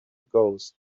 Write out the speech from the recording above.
ghost